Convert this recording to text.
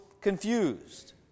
confused